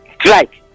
strike